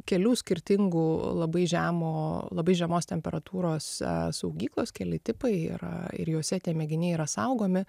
kelių skirtingų labai žemo labai žemos temperatūros saugyklos keli tipai yra ir jose tie mėginiai yra saugomi